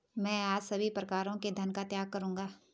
मैं आज सभी प्रकारों के धन का त्याग करूंगा